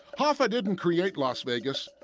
hoffa didn't create las vegas,